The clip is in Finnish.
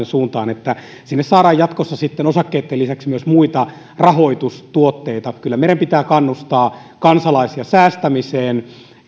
suuntaan että sinne saadaan jatkossa sitten osakkeitten lisäksi myös muita rahoitustuotteita kyllä meidän pitää kannustaa kansalaisia säästämiseen